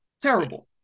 Terrible